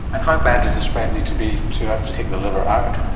and how bad does the spread need to be to have to take the liver out?